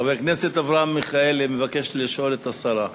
חבר הכנסת אברהם מיכאלי מבקש לשאול את השרה.